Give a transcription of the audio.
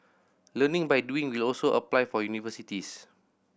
learning by doing will also apply for universities